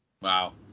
Wow